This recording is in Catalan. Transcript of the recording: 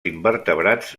invertebrats